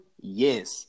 Yes